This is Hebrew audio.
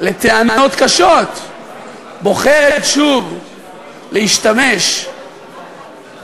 על טענות קשות בוחרת שוב להשתמש בביטויים,